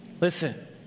Listen